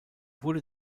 wurde